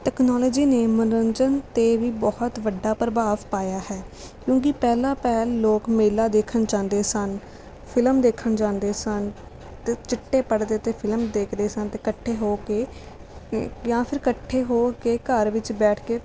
technology ਨੇ ਮੰਨੋਰੰਜਨ 'ਤੇ ਵੀ ਬਹੁਤ ਵੱਡਾ ਪ੍ਰਭਾਵ ਪਾਇਆ ਹੈ ਕਿਉਂਕਿ ਪਹਿਲਾਂ ਪਹਿਲ ਲੋਕ ਮੇਲਾ ਦੇਖਣ ਜਾਂਦੇ ਸਨ ਫਿਲਮ ਦੇਖਣ ਜਾਂਦੇ ਸਨ ਅਤੇ ਚਿੱਟੇ ਪਰਦੇ 'ਤੇ ਫਿਲਮ ਦੇਖਦੇ ਸਨ ਅਤੇ ਇਕੱਠੇ ਹੋ ਕੇ ਜਾਂ ਫਿਰ ਇਕੱਠੇ ਹੋ ਕੇ ਘਰ ਵਿੱਚ ਬੈਠ ਕੇ